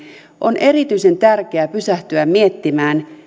on erityisen tärkeää pysähtyä miettimään